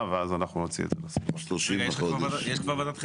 ואז אנחנו נוציא את זה --- יש כבר ועדת חריגים?